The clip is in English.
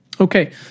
Okay